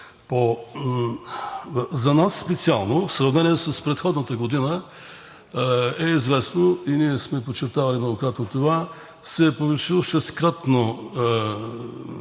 За нас специално, в сравнение с предходната година, е известно и ние сме подчертавали многократно това, че се е повишил шесткратно